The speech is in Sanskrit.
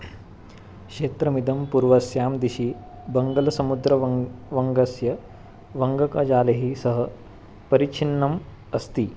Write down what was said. क्षेत्रमिदं पूर्वस्यां दिशि बङ्गालसमुद्रवङ्कस्य वङ्कजालैः सह परिच्छिन्नम् अस्ति